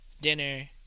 dinner